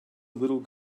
little